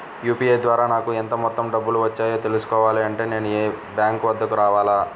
UPI ద్వారా నాకు ఎంత మొత్తం డబ్బులు వచ్చాయో తెలుసుకోవాలి అంటే నేను బ్యాంక్ వద్దకు రావాలా?